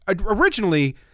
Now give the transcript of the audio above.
originally